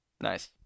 nice